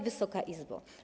Wysoka Izbo!